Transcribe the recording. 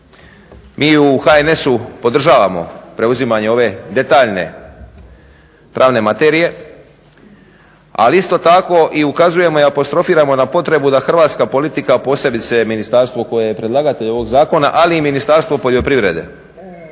mi u HNS-u podržavamo preuzimanje ove detaljne pravne materije ali isto tako i ukazujemo i apostrofiramo na potrebu da hrvatska politika posebice ministarstvo koje je predlagatelj ovoga zakona ali i Ministarstvo poljoprivrede